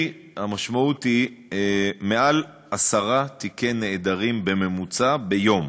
המשמעות היא יותר מעשרה תיקי נעדרים בממוצע ביום.